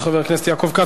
חבר הכנסת יעקב כץ.